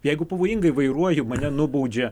jeigu pavojingai vairuoju mane nubaudžia